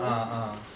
ah